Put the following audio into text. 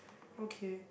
okay